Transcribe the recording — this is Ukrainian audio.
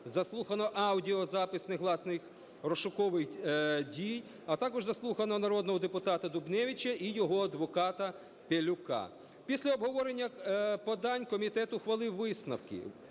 заслухано аудіозапис негласних розшукових дій, а також заслухано народного депутата Дубневича і його адвоката Пелюка. Після обговорення подань комітет ухвалив висновки.